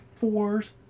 fours